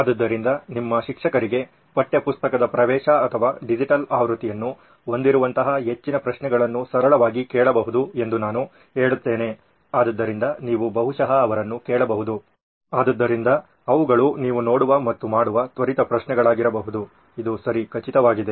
ಆದ್ದರಿಂದ ನಿಮ್ಮ ಶಿಕ್ಷಕರಿಗೆ ಪಠ್ಯಪುಸ್ತಕದ ಪ್ರವೇಶ ಅಥವಾ ಡಿಜಿಟಲ್ ಆವೃತ್ತಿಯನ್ನು ಹೊಂದಿರುವಂತಹ ಹೆಚ್ಚಿನ ಪ್ರಶ್ನೆಗಳನ್ನು ಸರಳವಾಗಿ ಕೇಳಬಹುದು ಎಂದು ನಾನು ಹೇಳುತ್ತೇನೆ ಆದ್ದರಿಂದ ನೀವು ಬಹುಶಃ ಅವರನ್ನು ಕೇಳಬಹುದು ಆದ್ದರಿಂದ ಅವುಗಳು ನೀವು ನೋಡುವ ಮತ್ತು ಮಾಡುವ ತ್ವರಿತ ಪ್ರಶ್ನೆಗಳಾಗಿರಬಹುದು ಇದು ಸರಿ ಖಚಿತವಾಗಿದೆ